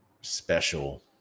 special